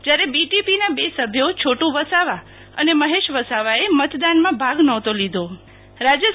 જયારે બીટીપીના બે સભ્યો છોટુ વસાવા અને મહેશ વસાવા એ મતદાનમાં ભાગ લીધો ન હતો